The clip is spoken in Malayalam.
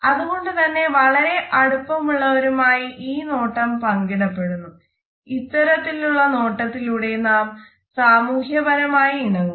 അതുകൊണ്ട് തന്നെ വളരെ അടുപ്പമുള്ളവരുമായി ഈ നോട്ടം പങ്കിടപ്പെടുന്നൂ ഇത്തരത്തിലുള്ള നോട്ടത്തിലൂടെ നാം സാമൂഹ്യ പരമായി ഇണങ്ങുന്നു